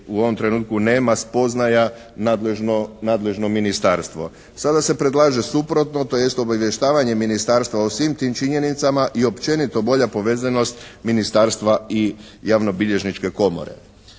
u ovom trenutku nema spoznaja nadležno ministarstvo. Sada se predlaže suprotno, tj. obavještavanjem ministarstva o svim tim činjenicama i općenito bolja povezanost ministarstva i javnobilježničke komore.